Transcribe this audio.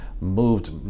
moved